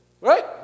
Right